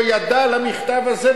לא ידע על המכתב הזה,